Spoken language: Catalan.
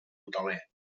hoteler